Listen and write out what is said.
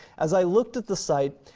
as i looked at the site,